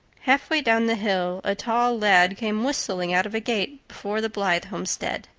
halfway down the hill a tall lad came whistling out of a gate before the blythe homestead.